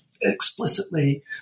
explicitly